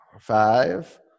Five